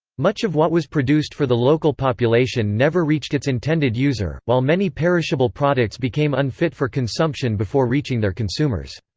much of what was produced for the local population never reached its intended user, while many perishable products became unfit for consumption before reaching their consumers.